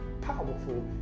powerful